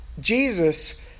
Jesus